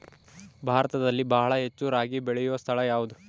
ಭಾರತದಲ್ಲಿ ಬಹಳ ಹೆಚ್ಚು ರಾಗಿ ಬೆಳೆಯೋ ಸ್ಥಳ ಯಾವುದು?